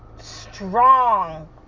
strong